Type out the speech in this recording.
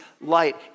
light